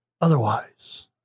otherwise